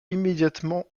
immédiatement